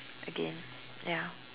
again ya